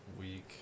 week